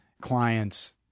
clients